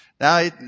Now